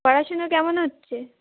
পড়াশোনা কেমন হচ্ছে